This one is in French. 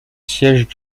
siège